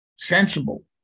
Sensible